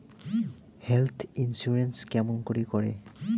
Health insurance কেমন করি করে?